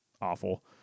Awful